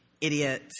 idiot